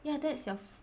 yeah that's your f~